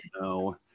no